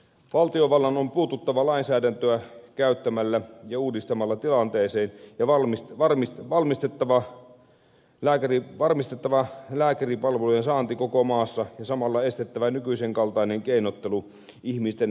valtiovallan on puututtava lainsäädäntöä käyttämällä ja uudistamalla tilanteeseen ja varmistettava lääkäripalvelujen saanti koko maassa ja samalla estettävä nykyisen kaltainen keinottelu ihmisten hengellä ja terveydellä